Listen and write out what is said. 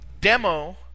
demo